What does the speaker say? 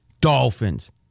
Dolphins